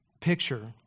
picture